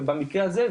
ובמקרה הזה,